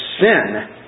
sin